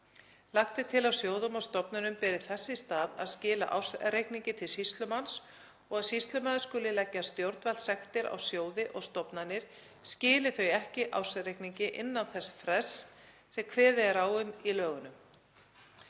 Lagt er til að sjóðum og stofnunum beri þess í stað að skila ársreikningi til sýslumanns og að sýslumaður skuli leggja stjórnvaldssektir á sjóði og stofnanir skili þau ekki ársreikningi innan þess frest sem kveðið er á um í lögunum.